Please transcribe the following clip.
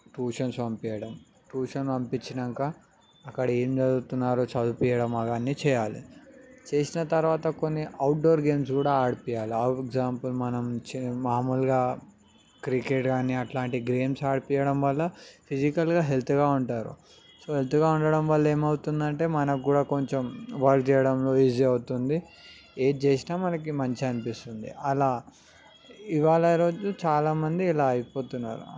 tuitions పంపించడం tuitions పంపించినాక అక్కడ ఏం చదువుతున్నారో చదివిపియడం అవన్నీ చెయ్యాలి చేసిన తర్వాత కొన్ని అవుట్డోర్ గేమ్స్ కూడా ఆడిపియాలి ఫర్ ఎగ్జాంపుల్ మామూలుగా క్రికెట్ గానీ అట్లాంటి గేమ్స్ ఆడిపియడం వల్ల కూడా ఫిసికల్గా హెల్త్గా ఉంటారు సో హెల్త్గా ఉండడం వల్ల ఏమవుతుందంటే మనకు కూడా కొంచెం వర్క్ చేయడంలో ఈజీ అవుతుంది ఏది చేసినా మనకి మంచి అనిపిస్తుంది అలా ఇవాళ రోజు చాలామంది ఇలా అయిపోతున్నారు